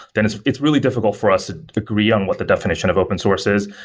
then it's it's really difficult for us ah agree on what the definition of open source is,